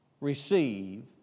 receive